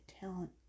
talent